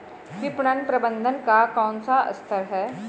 विपणन प्रबंधन का कौन सा स्तर है?